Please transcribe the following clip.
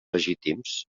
legítims